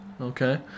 okay